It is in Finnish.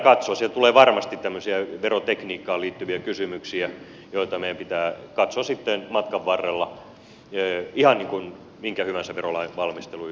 sieltä tulee varmasti tämmöisiä verotekniikkaan liittyviä kysymyksiä joita meidän pitää katsoa sitten matkan varrella ihan niin kuin minkä hyvänsä verolain valmistelun yhteydessä